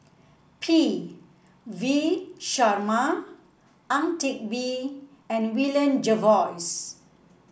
P V Sharma Ang Teck Bee and William Jervois